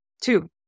Two